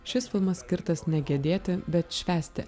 šis filmas skirtas ne gedėti bet švęsti